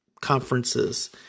conferences